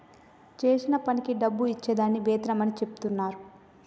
చేసిన పనికి డబ్బు ఇచ్చే దాన్ని వేతనం అని చెచెప్తున్నరు